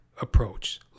approach